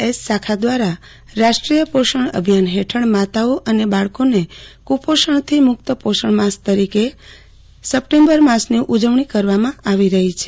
S શાખા દ્વારા રાષ્ટ્રીય કુપોષણ અભિયાન હેઠળ માતાઓ અને બાળકોને કુપિષણથી મુક્ત પોષણમાસ સપ્ટેમ્બર માસની ઉઅજવણી કરવામાં આવી રહી છે